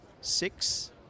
six